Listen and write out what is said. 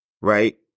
right